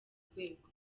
rwego